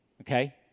Okay